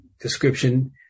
description